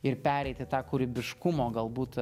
ir pereit į tą kūrybiškumo galbūt